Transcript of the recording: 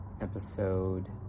Episode